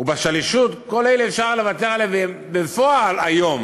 ובשלישות, על כל אלה אפשר לוותר, בפועל היום